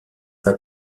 pas